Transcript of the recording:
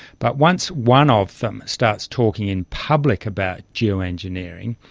but once one of them starts talking in public about geo-engineering,